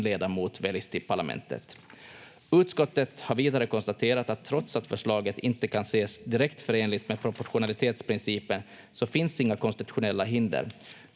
en ledamot väljs till parlamentet. Utskottet har vidare konstaterat att trots att förslaget inte kan ses direkt förenligt med proportionalitetsprincipen så finns inga konstitutionella hinder.